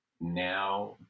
now